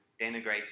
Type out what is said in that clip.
denigrate